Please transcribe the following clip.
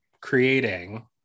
creating